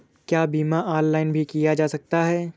क्या बीमा ऑनलाइन भी किया जा सकता है?